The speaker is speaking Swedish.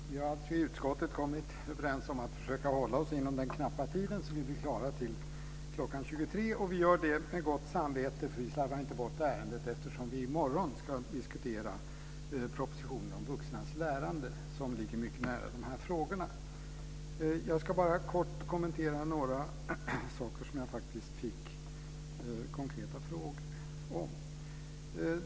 Fru talman! Vi har alltså i utskottet kommit överens om att försöka hålla oss inom den knappa tiden så att vi blir klara till kl. 23, och vi gör det med gott samvete. Vi slarvar inte bort ärendet eftersom vi i morgon ska diskutera propositionen om vuxnas lärande, som ligger mycket nära dessa frågor. Jag ska bara kort kommentera några saker som jag faktiskt fick konkreta frågor om.